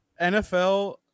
NFL